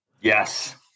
Yes